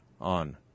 on